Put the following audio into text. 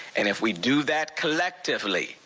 and if we do that collectively,